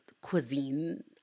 cuisine